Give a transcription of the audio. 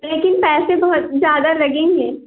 लेकिन पैसे बहुत ज्यादा लगेंगे